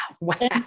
Wow